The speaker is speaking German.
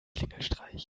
klingelstreich